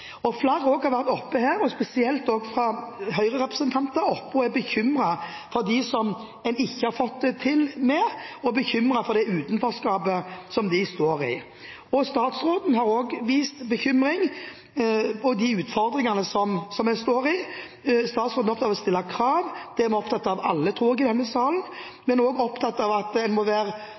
mer. Flere har også vært oppe her – spesielt Høyre-representanter – og er bekymret for dem som en ikke har fått det til med, og er bekymret over det utenforskapet som disse står i. Statsråden har også vist bekymring over de utfordringene som vi står overfor. Statsråden er opptatt av å stille krav – det er vi opptatt av alle i denne salen, tror jeg – men også opptatt av at en må